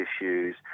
issues